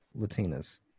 Latinas